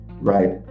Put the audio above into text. Right